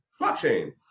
blockchain